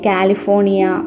California